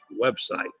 website